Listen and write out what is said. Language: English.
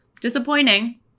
Disappointing